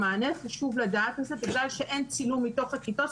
מענה חשוב לדעת את זה - בגלל שאין צילום מתוך הכיתה.